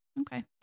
Okay